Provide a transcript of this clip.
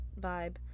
vibe